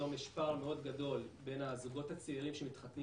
היום יש פער מאוד גדול בין הזוגות הצעירים שמתחתנים